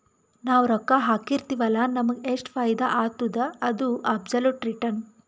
ನಾವ್ ರೊಕ್ಕಾ ಹಾಕಿರ್ತಿವ್ ಅಲ್ಲ ನಮುಗ್ ಎಷ್ಟ ಫೈದಾ ಆತ್ತುದ ಅದು ಅಬ್ಸೊಲುಟ್ ರಿಟರ್ನ್